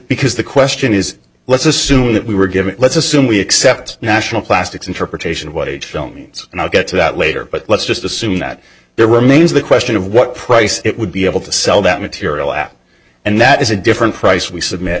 because the question is let's assume that we were given let's assume we accept national plastics interpretation of what age film means and i'll get to that later but let's just assume that there remains the question of what price it would be able to sell that material at and that is a different price we submit